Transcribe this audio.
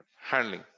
handling